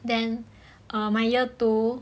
then my err year two